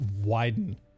widen